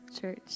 church